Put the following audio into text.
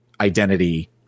identity